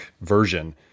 version